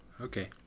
Okay